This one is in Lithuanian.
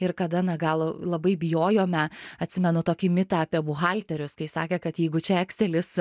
ir kada na gal labai bijojome atsimenu tokį mitą apie buhalterius kai sakė kad jeigu čia ekselis